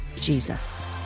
Jesus